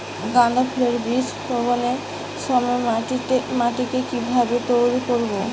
গাদা ফুলের বীজ বপনের সময় মাটিকে কিভাবে তৈরি করব?